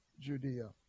Judea